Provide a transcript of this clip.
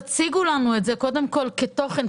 תציגו לנו את זה קודם כתוכן,